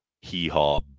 hee-haw